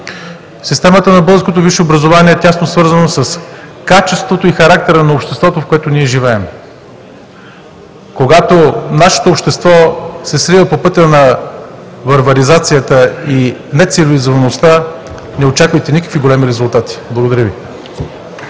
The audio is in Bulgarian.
Системата на българското висше образование е тясно свързана с качеството и характера на обществото, в което ние живеем. Когато нашето общество се срива по пътя на варваризацията и нецивилизоваността, не очаквайте никакви големи резултати. Благодаря Ви.